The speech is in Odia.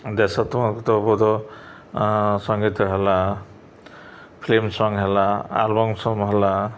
ଦେଶାତ୍ମକ ବୋଧ ସଙ୍ଗୀତ ହେଲା ଫିଲ୍ମ ସଙ୍ଗ୍ ହେଲା ଆଲବମ୍ ସଙ୍ଗ୍ ହେଲା